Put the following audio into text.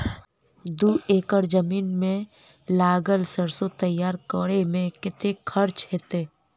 दू एकड़ जमीन मे लागल सैरसो तैयार करै मे कतेक खर्च हेतै?